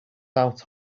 out